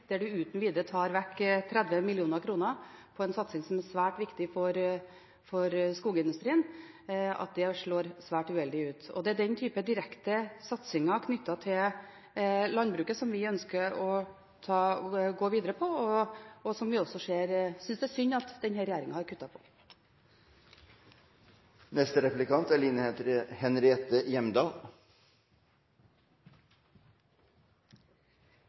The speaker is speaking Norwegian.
der uten videre tar vekk 30 mill. kr fra en satsing, som er svært viktig for skogindustrien, slår svært uheldig ut. Det er den type direkte satsinger knyttet til landbruket vi ønsker å gå videre med, og som vi synes det er synd at denne regjeringen har kuttet på. Representanten Arnstad snakket om at vi må satse videre på fastlandsindustrien. Det er